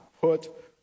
put